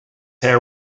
hair